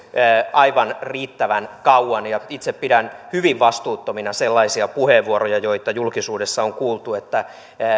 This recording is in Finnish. aivan riittävän kauan itse pidän hyvin vastuuttomina sellaisia puheenvuoroja joita julkisuudessa on kuultu että